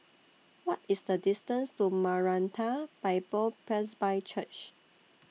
What IS The distance to Maranatha Bible Presby Church